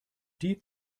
die